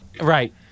Right